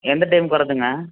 எந்த டைம்க்கு வரதுங்க